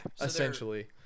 Essentially